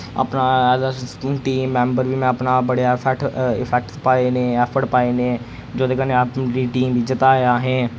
अपना as a team member बी मैं अपना बड़े इफैक्टस पाए ने एफर्ट पाए ने जुदे कन्नै अपनी टीम ही जिताया असें